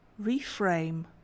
reframe